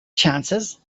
chances